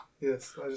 yes